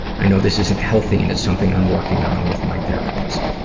i know this isn't healthy and is something i'm working on with my therapist.